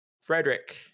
Frederick